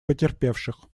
потерпевших